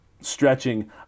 stretching